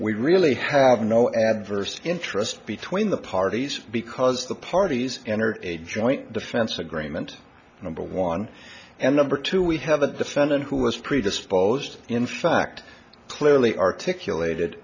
we really have no adverse interest between the parties because the parties entered a joint defense agreement number one and number two we have a defendant who is predisposed in fact clearly articulated